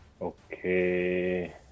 Okay